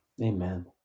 Amen